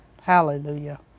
Hallelujah